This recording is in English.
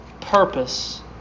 purpose